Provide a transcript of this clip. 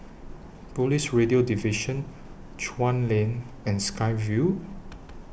Police Radio Division Chuan Lane and Sky Vue